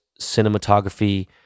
cinematography